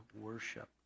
worship